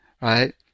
right